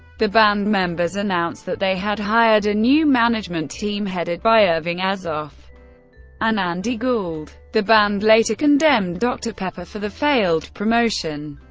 the band members announced that they had hired a new management team, headed by irving azoff and andy gould. the band later condemned dr. pepper for the failed promotion.